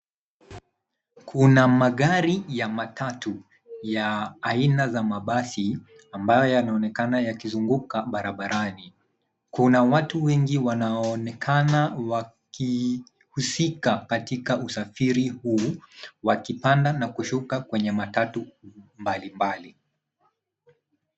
Kuna magari ya matatu ya aina za mabasi ambayo yanaonekana yakizunguka barabarani. Kuna watu wengi wanaoonekana wakihusika katika usafiri huu, wakipanda na kushuka kwenye matatu mbalimbali.